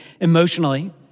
emotionally